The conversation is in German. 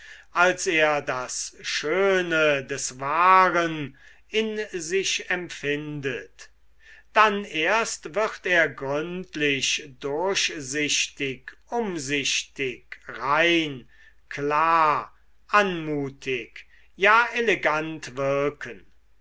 als er das schöne des wahren in sich empfindet dann erst wird er gründlich durchsichtig umsichtig rein klar anmutig ja elegant wirken